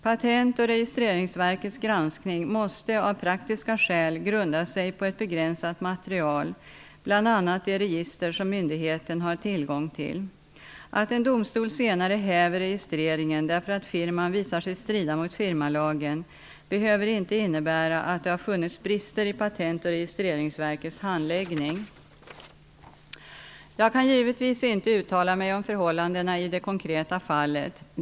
Patent och registreringsverkets granskning måste av praktiska skäl grunda sig på ett begränsat material, bl.a. de register som myndigheten har tillgång till. Att en domstol senare häver registreringen därför att firman visar sig strida mot firmalagen behöver därför inte innebära att det har funnits brister i Patent och registreringsverkets handläggning. Jag kan givetvis inte uttala mig om förhållandena i det konkreta fallet.